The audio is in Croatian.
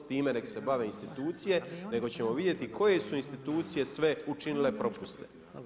Time nek' se bave institucije, nego ćemo vidjeti koje su institucije sve učinile propuste.